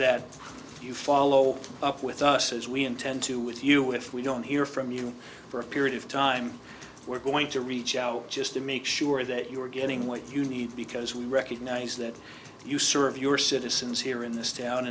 that you follow up with us as we intend to with you if we don't hear from you for a period of time we're going to reach out just to make sure that you're getting what you need because we recognize that you serve your citizens here in this town